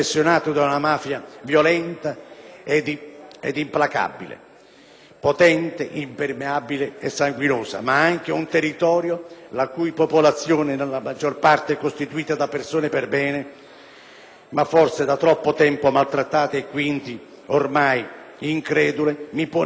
potente, impermeabile e sanguinosa, ma anche un territorio la cui popolazione, nella maggior parte costituita da persone per bene, ma forse da troppo tempo maltrattate e quindi ormai incredule, mi poneva una sola richiesta: la libertà di essere, la libertà di lavorare.